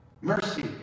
Mercy